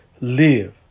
live